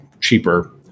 cheaper